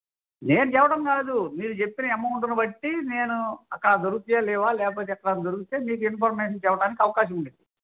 నేను చెప్పడం కాదు మీరు చెప్పిన అమౌంటును బట్టి నేను అక్కడ దొరుకుతాయా లేవా లేకపోతే ఎక్కడన్నా దొరికితే మీకు ఇన్ఫర్మేషన్ చెప్పటానికి అవకాశం ఉంది